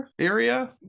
area